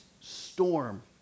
storm